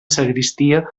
sagristia